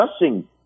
discussing